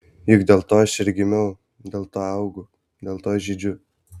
juk dėl to aš ir gimiau dėl to augu dėl to žydžiu